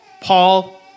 Paul